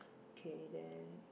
okay then